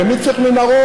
מי צריך מנהרות,